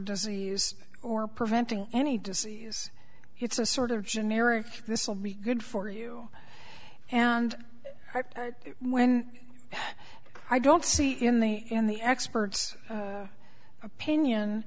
disease or preventing any disease it's a sort of generic this will be good for you and when i don't see in the in the experts opinion